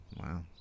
Wow